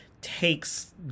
takes